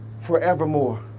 forevermore